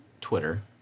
Twitter